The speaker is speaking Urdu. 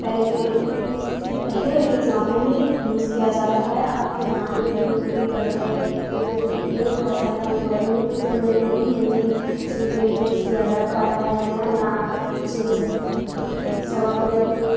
پہلے کے پہلے کے زمانے میں یوز کیا جاتا ہے اب کے زمانے میں یوز نہیں کرتے کیونکہ نیو فیشن ہے تو نیو فیشن میں نئی نئی چیزیں یوز کیا جاتا ہے نیا نیا چیز سب اپنے اپنے